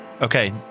Okay